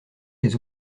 les